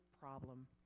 problem